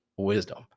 wisdom